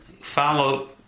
follow